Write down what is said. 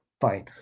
fine